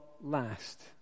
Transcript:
last